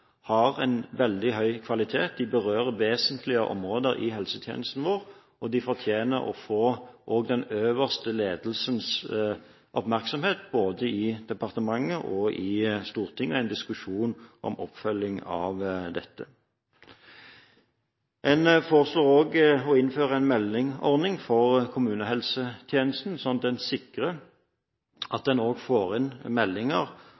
har en veldig høy kvalitet. De berører vesentlige områder i helsetjenesten vår, og de fortjener å få også den øverste ledelsens oppmerksomhet, både i departementet og i Stortinget, og at det blir en diskusjon om oppfølgingen av dette. En foreslår også å innføre en meldingsordning for kommunehelsetjenesten, slik at en sikrer at en får inn meldinger